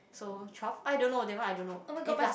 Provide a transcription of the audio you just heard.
so twelve I don't know that one I don't know and plus